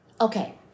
Okay